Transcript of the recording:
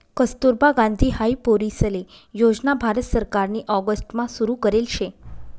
कस्तुरबा गांधी हाई पोरीसले योजना भारत सरकारनी ऑगस्ट मा सुरु करेल शे